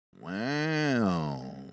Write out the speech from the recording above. Wow